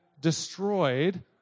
destroyed